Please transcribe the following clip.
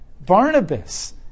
Barnabas